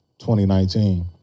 2019